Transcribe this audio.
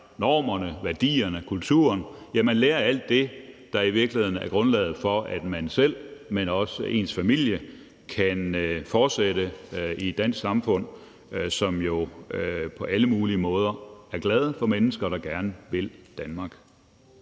normerne, værdierne og kulturen. Ja, man lærer alt det, der i virkeligheden er grundlaget for, at man selv, men også ens familie kan forblive i et dansk samfund, som jo på alle mulige måder er glade for mennesker, der gerne vil Danmark.